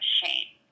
shame